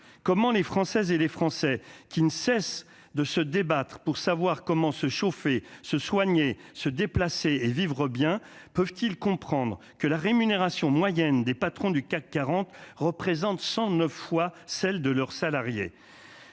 comment les Françaises et les Français qui ne cesse de se débattre pour savoir comment se chauffer, se soigner, se déplacer et vivre bien peuvent-ils comprendre que la rémunération moyenne des patrons du CAC 40 représente cent neuf fois celle de leurs salariés,